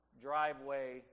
driveway